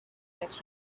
that